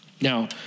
Now